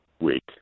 week